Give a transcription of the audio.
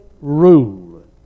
rule